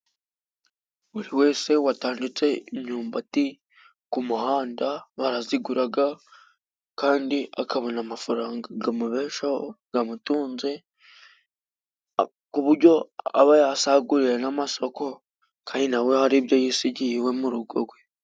Buri wese watanditse imyumbati ku muhanda baraziguraga, kandi akabona amafaranga gamubeshaho, gamutunze, ku buryo aba yasaguriye n'amasoko kandi nawe hari ibyo yisigiye iwe mu rugo gwe.